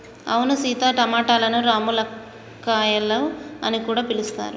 అవును సీత టమాటలను రామ్ములక్కాయాలు అని కూడా పిలుస్తారు